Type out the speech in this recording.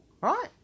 right